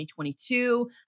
2022